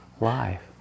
life